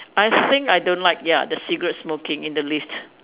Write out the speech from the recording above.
I think I don't like ya the cigarette smoking in the lift